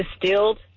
distilled